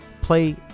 play